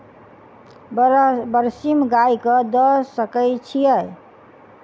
बरसीम गाय कऽ दऽ सकय छीयै?